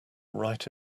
right